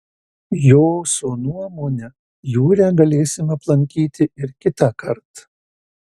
joso nuomone jūrę galėsim aplankyti ir kitąkart